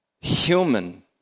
human